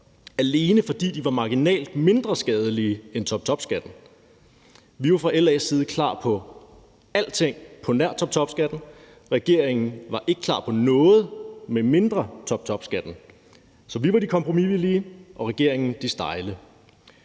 alene fordi de var marginalt mindre skadelige end toptopskatten. Vi var fra LA's side klar på alting på nær toptopskatten. Regeringen var ikke klar på noget, medmindre det var toptopskatten. Så vi var de kompromisvillige, og regeringen de stejle.